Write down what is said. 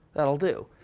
that'll do.